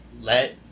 Let